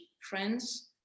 friends